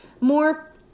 more